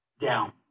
down